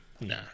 Nah